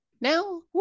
now